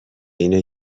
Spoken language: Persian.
اینه